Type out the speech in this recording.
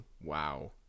Wow